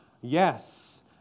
Yes